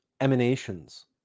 emanations